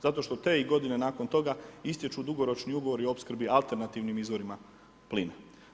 Zato što te godine nakon toga istječu dugoročni ugovori opskrbi alternativnim izvorima plina.